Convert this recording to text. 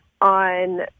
on